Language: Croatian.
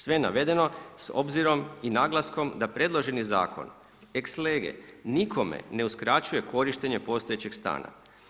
Sve navedeno, s obzirom i naglaskom da predloženi zakon ex lege, nikome ne uskraćuje korištenje postojećeg stana.